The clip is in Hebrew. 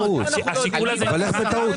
איך זאת טעות?